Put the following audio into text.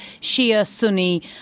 Shia-Sunni